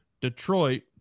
Detroit